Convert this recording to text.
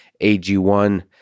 AG1